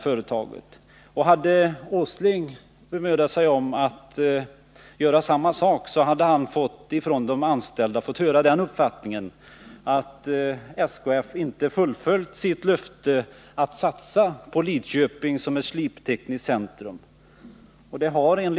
Hade Nils Åsling bemödat sig om att göra samma sak, så hade han fått höra från de anställda att SKF inte fullföljt sitt löfte att satsa på Lidköping som ett sliptekniskt centrum.